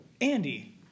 Andy